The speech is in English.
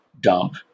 dump